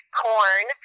corn